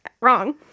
wrong